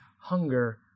hunger